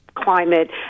climate